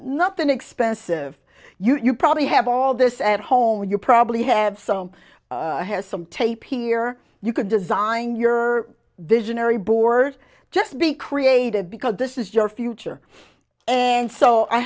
nothing expensive you probably have all this at home you probably have some has some tape here you could design your visionary board just be created because this is your future and so i